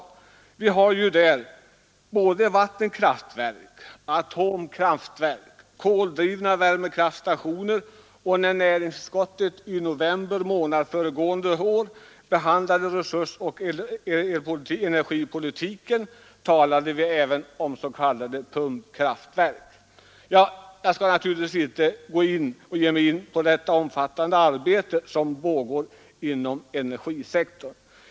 Vi har där såväl vattenkraftverk som atomkraftverk och koldrivna värmekraftstationer. Och när vi i näringsutskottet i november månad förra året behandlade resursoch energipolitiken talade vi också om så kallade pumpkraftverk. Jag skall här inte ge mig in på det omfattande arbete som pågår inom energisektorn.